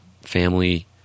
family